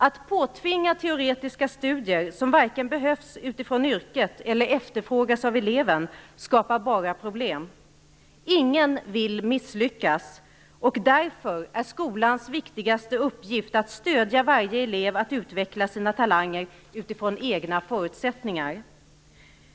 Att påtvinga teoretiska studier, som varken behövs utifrån yrket eller efterfrågas av eleven, skapar bara problem. Ingen vill misslyckas. Därför är skolans viktigaste uppgift att stödja varje elev att utveckla sina talanger utifrån egna förutsättningar.